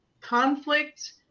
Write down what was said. conflict